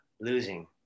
losing